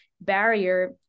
barrier